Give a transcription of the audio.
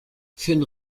finn